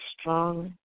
strong